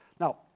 now